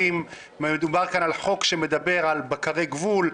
מדובר כאן על חוק שמדבר על בקרי גבול,